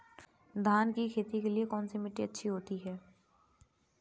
धान की खेती के लिए कौनसी मिट्टी अच्छी होती है?